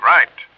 Right